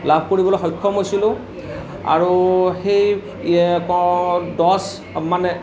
লাভ কৰিবলৈ সক্ষম হৈছিলোঁ আৰু সেই দহ মানে